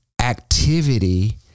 activity